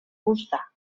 fusta